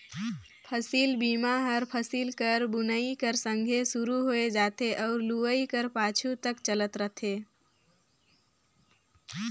फसिल बीमा हर फसिल कर बुनई कर संघे सुरू होए जाथे अउ लुवई कर पाछू तक चलत रहथे